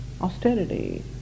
austerity